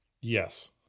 Yes